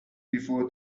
before